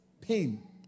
pain